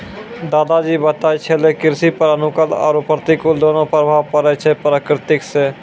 दादा जी बताय छेलै कृषि पर अनुकूल आरो प्रतिकूल दोनों प्रभाव पड़ै छै प्रकृति सॅ